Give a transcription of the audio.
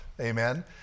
Amen